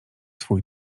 swój